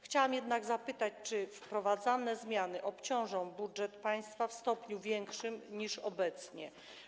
Chciałam jednak zapytać: Czy wprowadzane zmiany obciążą budżet państwa w stopniu większym niż obecnie?